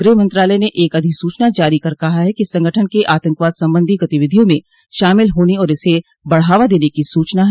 गृह मंत्रालय ने एक अधिसूचना जारी कर कहा है कि इस संगठन के आतंकवाद संबंधी गतिविधियों में शामिल होने और इसे बढ़ावा देने की सूचना है